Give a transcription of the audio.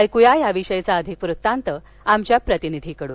एक्यात या विषयीचा अधिक वृत्तांत आमच्या प्रतिनिधीकडून